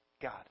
God